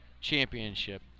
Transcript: Championship